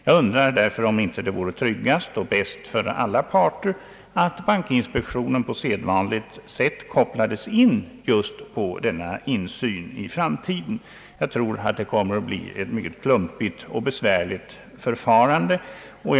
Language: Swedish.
Jag undrar därför, om det inte vore tryggast och bäst för alla parter att bankinspektionen på sedvanligt sätt kopplades in på vanlig insyn i framtiden. Jag tror att det kommer att bli ett mycket klumpigt och besvärligt förfarande eljest.